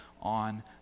on